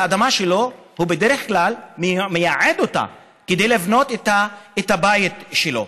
את האדמה שלו הוא בדרך כלל מייעד לבנות הבית שלו.